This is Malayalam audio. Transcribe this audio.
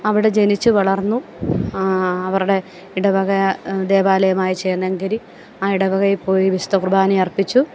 അവിടെ ജനിച്ചു വളർന്നു അവരുടെ ഇടവക ദേവാലയമായ ചേന്നംഗിരി ആ ഇടവകയിൽ പോയി വിശുദ്ധകുർബാന അർപ്പിച്ചു